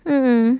mm mm